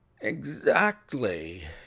Exactly